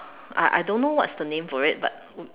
I I don't know what's the name for it but